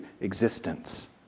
existence